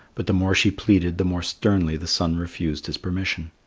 but the more she pleaded the more sternly the sun refused his permission.